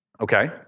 Okay